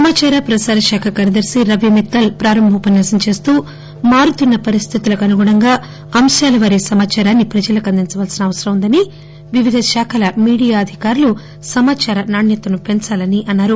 సమాచార ప్రసార శాఖకార్యదర్శి రవి మిత్తల్ ప్రారంభ ఉపన్యాసం చేస్తూ మారుతున్న పరిస్థితులకనుగుణంగా అంశాలవారి సమాచారాన్ని ప్రజలకందించవలసిన అవసరం వుందని వివిధ శాఖల మీడియా అధికారులు సమాచార నాణ్యతను పెంచాలని అన్నారు